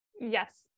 Yes